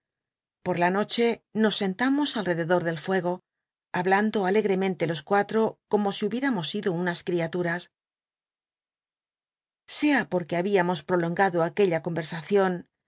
pot la noche nos sentamos alrededor del fuego hablando alegremente los cualto como si hubiéramos sido unas criaturas sea porque habíamos prolongado aquella conversacion